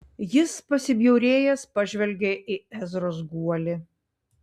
jis pasibjaurėjęs pažvelgė į ezros guolį